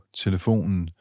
telefonen